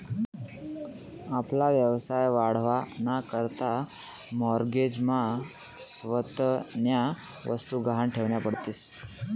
आपला व्यवसाय वाढावा ना करता माॅरगेज मा स्वतःन्या वस्तु गहाण ठेवन्या पडतीस